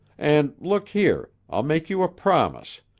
and, look here, i'll make you a promise.